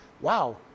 wow